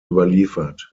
überliefert